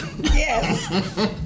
Yes